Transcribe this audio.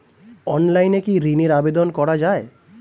অনলাইনে কি ঋণের আবেদন করা যায়?